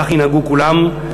כך ינהגו כולם,